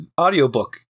audiobook